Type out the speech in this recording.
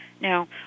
Now